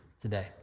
today